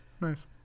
Nice